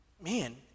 man